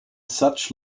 such